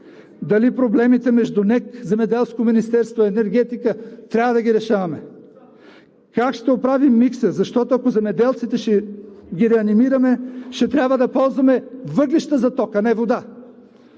Земеделското министерство, енергетика трябва да ги решаваме? Как ще оправим микса, защото, ако земеделците ще ги реанимираме, ще трябва да ползваме въглища за ток, а не вода.